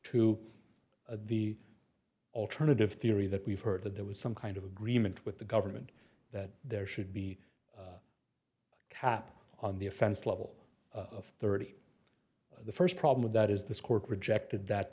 to the alternative theory that we've heard that there was some kind of agreement with the government that there should be a cap on the offense level of thirty the st problem and that is this court rejected that